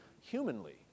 humanly